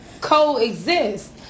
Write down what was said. coexist